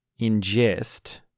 ingest